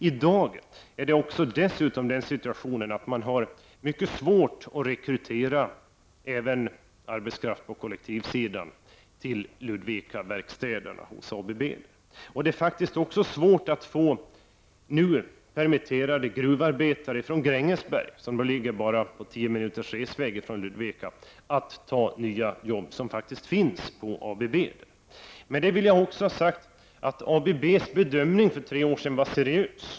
I dag är situationen dessutom den att man har mycket svårt att rekrytera även arbetskraft på kollektivsidan till Ludvikaverkstäderna hos ABB. Det är också svårt att få nu permitterade gruvarbetare från Grängesberg, som ligger på bara tio minuters resväg från Ludvika, att ta nya jobb på ABB. Med det vill jag också ha sagt att ABB:s bedömning för tre år sedan var seriös.